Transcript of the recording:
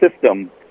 system